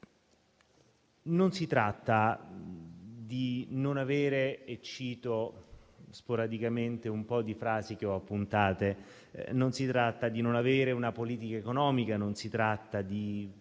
Non si tratta di non avere una politica economica, non si tratta di